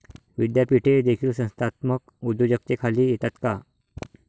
विद्यापीठे देखील संस्थात्मक उद्योजकतेखाली येतात का?